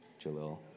Jalil